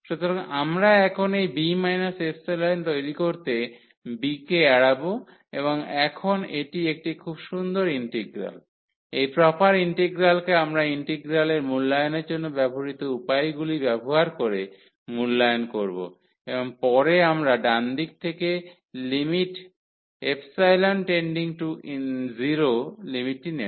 সুতরাং আমরা এখন এই b ε তৈরি করতে b কে এড়াব এবং এখন এটি একটি খুব সুন্দর ইন্টিগ্রাল এই প্রপার ইন্টিগ্রালকে আমরা ইন্টিগ্রালের মূল্যায়নের জন্য ব্যবহৃত উপায়গুলি ব্যবহার করে মূল্যায়ন করব এবং পরে আমরা ডানদিক থেকে লিমিট টেন্ডিং টু 0 লিমিটটি নেব